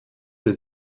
der